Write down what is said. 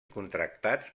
contractats